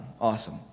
Awesome